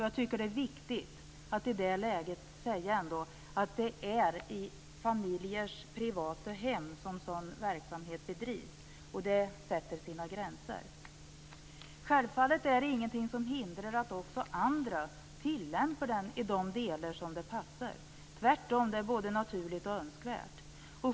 Jag tycker att det är viktigt att i detta läge säga att det är i privata familjers hem som sådan här verksamhet bedrivs, och att det sätter sina gränser. Självfallet är det ingenting som hindrar att också andra tillämpar läroplanen i de delar som passar. Tvärtom är det både naturligt och önskvärt.